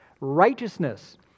righteousness